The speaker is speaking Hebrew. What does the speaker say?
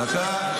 דקה.